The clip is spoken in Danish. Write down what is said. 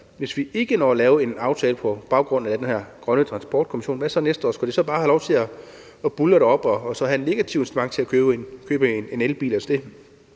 Hvis vi ikke når at lave en aftale på baggrund af den her grønne transportkommission, hvad så næste år? Skal det så bare have lov til at buldre deropad og så have et negativt incitament til at købe en elbil?